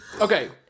Okay